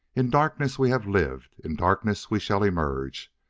in darkness we have lived in darkness we shall emerge.